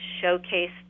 showcase